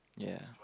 ya